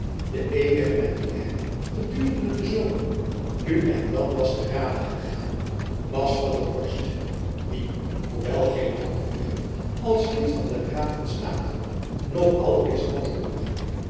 de eenige met wien hy gedurende den zomer nu en dan was te rade gegaan was van der horst die hoewel geen hoogvlieger als lid van den raad van jacob van lennep elizabeth musch state nog al wist wat er omging